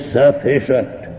sufficient